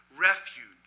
refuge